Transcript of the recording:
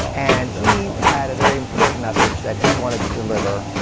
and he had a very important message that he wanted to deliver.